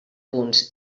punts